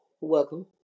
Welcome